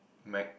Mac